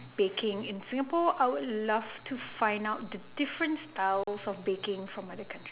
baking in singapore I would love to find out the different styles of baking from other countries